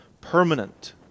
permanent